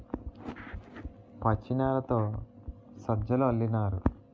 పచ్చినారతో సజ్జలు అల్లినారు